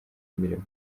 imirimo